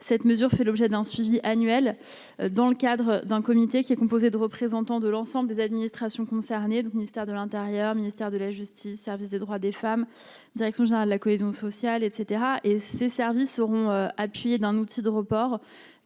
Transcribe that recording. cette mesure fait l'objet d'un suivi annuel dans le cadre d'un comité qui est composé de représentants de l'ensemble des administrations concernées du ministère de l'Intérieur, ministère de la justice, service des droits des femmes, direction générale de la cohésion sociale, etc et ces services seront appuyées d'un outil de report